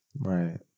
Right